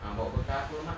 nak bawa bekal apa mak